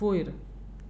वयर